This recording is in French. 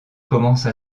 commence